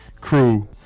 crew